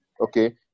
okay